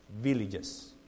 villages